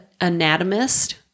anatomist